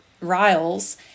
Riles